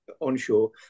Onshore